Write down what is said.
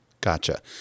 Gotcha